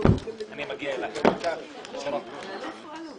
בשעה 15:00.) (מכאן רשמה אהובה שרון,